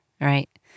Right